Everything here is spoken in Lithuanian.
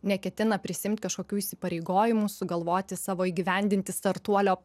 neketina prisiimt kažkokių įsipareigojimų sugalvoti savo įgyvendinti startuolio